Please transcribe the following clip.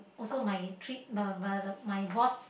also my treat the the the my boss